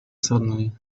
suddenly